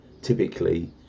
typically